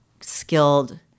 skilled